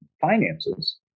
finances